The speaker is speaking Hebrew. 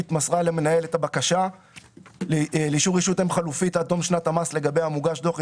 אותו דבר